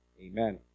Amen